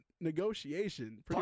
negotiation